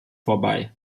vorbei